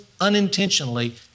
unintentionally